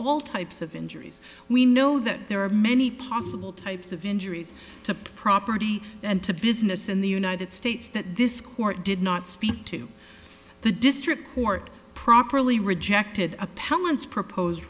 types of injuries we know that there are many possible types of injuries to property and to business in the united states that this court did not speak to the district court properly rejected appellants propose